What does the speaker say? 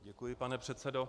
Děkuji, pane předsedo.